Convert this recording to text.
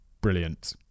Brilliant